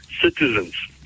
citizens